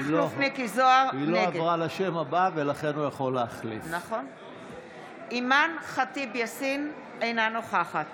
נגד אימאן ח'טיב יאסין, אינה נוכחת